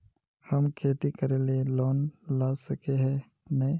हम खेती करे ले लोन ला सके है नय?